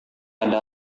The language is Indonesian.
ada